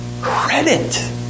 credit